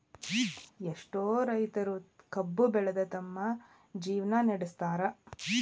ಎಷ್ಟೋ ರೈತರು ಕಬ್ಬು ಬೆಳದ ತಮ್ಮ ಜೇವ್ನಾ ನಡ್ಸತಾರ